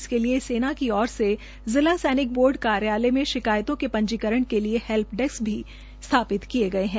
इसके लिए सेना की ओर से जिला सैनिक बोर्ड कार्यालय में शिकायतों के पंजीकरण के लिए हेल्प डेस्क स्थापित किये गये हैं